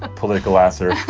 ah political answer,